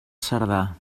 cerdà